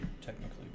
technically